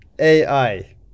AI